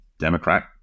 Democrat